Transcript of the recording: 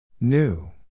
New